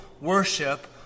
worship